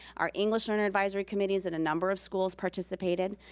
our english learner advisory committee is in a number of schools participated.